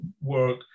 work